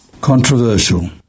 Controversial